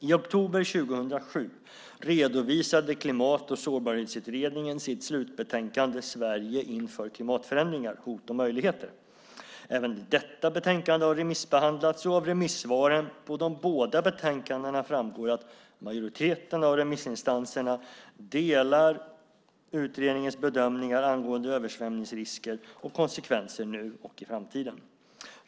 I oktober 2007 redovisade Klimat och sårbarhetsutredningen sitt slutbetänkande Sverige inför klimatförändringar - hot och möjligheter . Även detta betänkande har remissbehandlats. Av remissvaren på de båda betänkandena framgår att majoriteten av remissinstanserna delar utredningens bedömningar angående översvämningsrisker och konsekvenser nu och i framtiden.